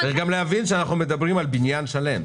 להבין שאנחנו מדברים על בניין שלם.